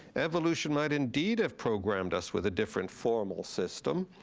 evolution might indeed have programmed us with a different formal system,